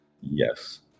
Yes